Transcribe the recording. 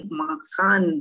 masan